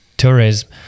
tourism